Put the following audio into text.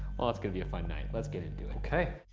well, it's gonna be a fun night. let's get into it. okay.